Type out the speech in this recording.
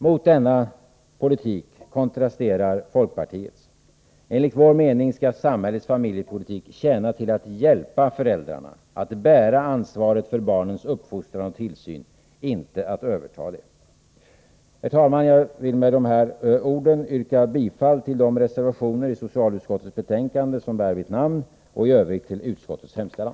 Mot denna politik kontrasterar folkpartiets. Enligt vår mening skall samhällets familjepolitik tjäna till att hjälpa föräldrarna att bära ansvaret för barnens uppfostran och tillsyn — inte överta det. Herr talman! Jag vill med dessa ord yrka bifall till de reservationer till socialutskottets betänkande som bär mitt namn och i övrigt till utskottets hemställan.